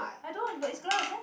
I don't but it's glass leh